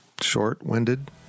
short-winded